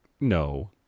No